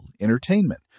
entertainment